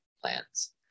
plans